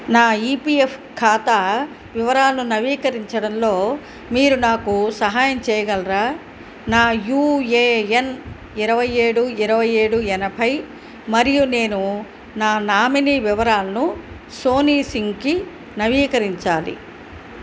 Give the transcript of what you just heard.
నా E P F ఖాతా వివరాలు నవీకరించడంలో మీరు నాకు సహాయం చేయగలరా నా యూ ఏ ఎన్ ఇరవై ఏడు ఇరవై ఏడు ఎనభై మరియు నేను నా నామినీ వివరాలను సోనీసింగ్కి నవీకరించాలి